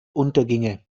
unterginge